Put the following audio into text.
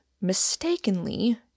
mistakenly